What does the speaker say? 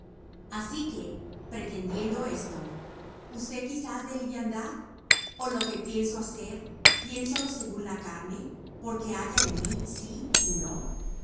así que pretendiendo esto usé quizá de liviandad ó lo que pienso hacer piénsolo según la carne para que haya en mí sí y no